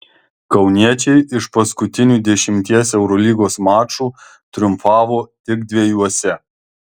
kauniečiai iš paskutinių dešimties eurolygos mačų triumfavo tik dviejuose